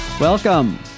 Welcome